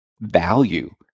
value